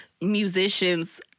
musicians